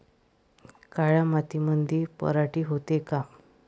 काळ्या मातीमंदी पराटी होते का?